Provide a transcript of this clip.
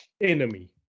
enemy